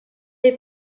est